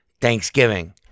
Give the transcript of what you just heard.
Thanksgiving